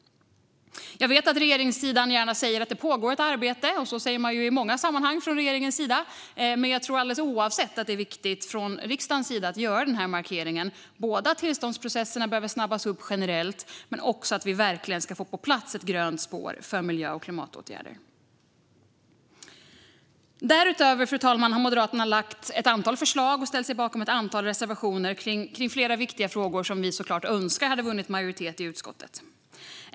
Jag vet att regeringssidan gärna säger att det pågår ett arbete - så säger man i många sammanhang från regeringens sida - men jag tror alldeles oavsett detta att det är viktigt att från riksdagens sida göra denna markering, både om att tillståndsprocesserna behöver snabbas upp generellt och om att vi verkligen ska få på plats ett grönt spår för miljö och klimatåtgärder. Därutöver, fru talman, har Moderaterna lagt fram ett antal förslag och ställt sig bakom ett antal reservationer i flera viktiga frågor som vi såklart önskar hade vunnit majoritet i utskottet.